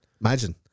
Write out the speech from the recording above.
Imagine